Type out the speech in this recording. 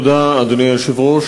תודה, אדוני היושב-ראש.